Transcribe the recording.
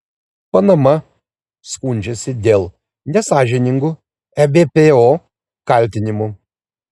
panama skundžiasi dėl nesąžiningų ebpo kaltinimų